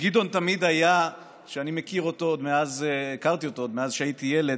גדעון, הכרתי אותו עוד מאז שהייתי ילד,